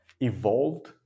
evolved